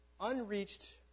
unreached